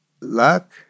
luck